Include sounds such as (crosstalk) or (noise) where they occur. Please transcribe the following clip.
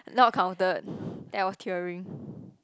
not counted (breath) that was tearing (breath)